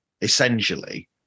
essentially